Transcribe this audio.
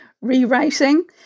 rewriting